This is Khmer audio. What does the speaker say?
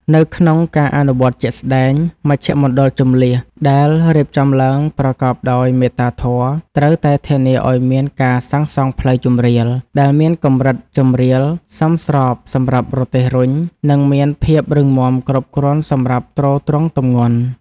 នៅក្នុងការអនុវត្តជាក់ស្តែង មជ្ឈមណ្ឌលជម្លៀសដែលរៀបចំឡើងប្រកបដោយមេត្តាធម៌ ត្រូវតែធានាឱ្យមានការសាងសង់ផ្លូវជម្រាល ដែលមានកម្រិតជម្រាលសមស្របសម្រាប់រទេះរុញ និងមានភាពរឹងមាំគ្រប់គ្រាន់សម្រាប់ទ្រទ្រង់ទម្ងន់។